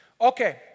Okay